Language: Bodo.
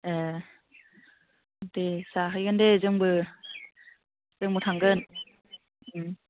ए दे जाहैगोन दे जोंबो जोंबो थांगोन